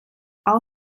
all